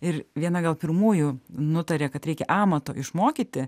ir viena gal pirmųjų nutarė kad reikia amato išmokyti